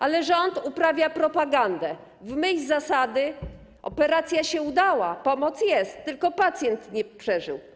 Ale rząd uprawia propagandę w myśl zasady: operacja się udała, pomoc jest, tylko pacjent nie przeżył.